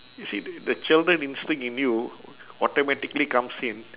you see t~ the children instinct in you automatically comes in